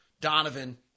Donovan